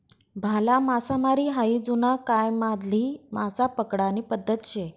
भाला मासामारी हायी जुना कायमाधली मासा पकडानी पद्धत शे